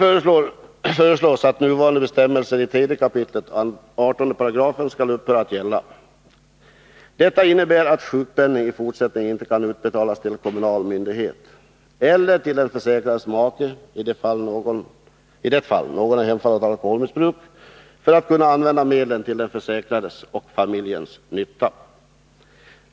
Där föreslås att nuvarande bestämmelser i 3 kap. 18 § skall upphöra att gälla. Det innebär att sjukpenning för den som är hemfallen åt alkoholmissbruki fortsättningen inte kan utbetalas till kommunal myndighet eller till den försäkrades make för att användas till den försäkrades och familjens nytta.